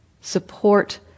support